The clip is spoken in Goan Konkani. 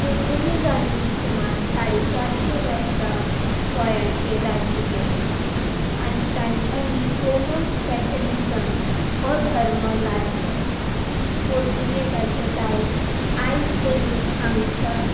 पोर्तुगेजांनी सुमार साडे चारशे वर्सां गोंयाचेर राज्य केलें आनी तांच्यानी रोमन कॅथलिजम हो धर्म लादलो पोर्तुगेजाचें दायज आयज लेगीत हांगच्या